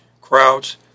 Crowds